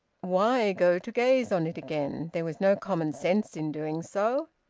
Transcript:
why go to gaze on it again? there was no common sense in doing so.